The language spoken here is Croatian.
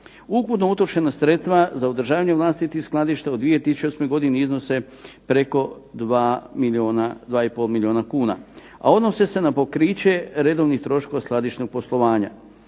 Ukupno utrošena sredstva za održavanje vlastitih skladišta u 2008. godini iznose preko 2 milijuna, 2 i pol milijuna kuna, a odnose se na pokriće redovnih troškova skladišnog poslovanja.